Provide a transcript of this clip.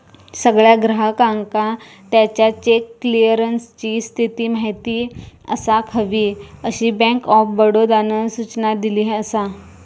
सगळ्या ग्राहकांका त्याच्या चेक क्लीअरन्सची स्थिती माहिती असाक हवी, अशी बँक ऑफ बडोदानं सूचना दिली असा